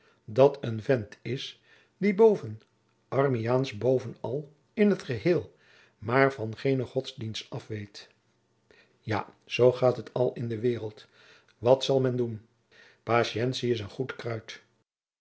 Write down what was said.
dat een vent is die boven armiaansch boven al in t geheel maôr van geene godsdienst af weet ja zoo gaat het al in de wereld wat zal men doen patientie is goed kruid